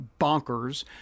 bonkers